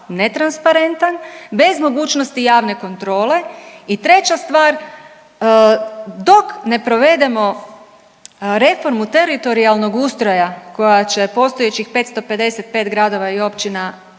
netransparentan bez mogućnosti javne kontrole. I treća stvar, dok ne provedemo reformu teritorijalnog ustroja koja će postojećih 555 gradova i općina svesti